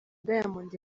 diamond